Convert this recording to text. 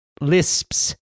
lisps